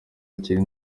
hakiri